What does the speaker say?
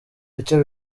icyo